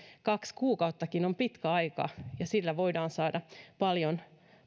kaksi kuukauttakin on pitkä aika ja myöskin sinä aikana voidaan saada paljon